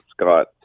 Scott